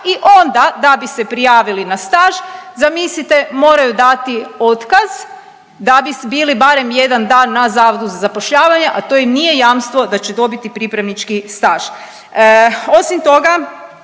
i onda da bi se prijavili na staž, zamislite, moraju dati otkaz da bi bili barem jedan dan na Zavodu za zapošljavanje, a to im nije jamstvo da će dobiti pripravnički staž. Osim toga